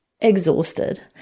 exhausted